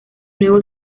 nuevo